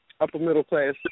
upper-middle-class